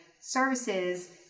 services